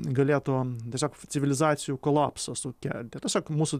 galėtų tiesiog civilizacijų kolapsą sukelti tiesiog mūsų